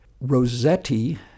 Rossetti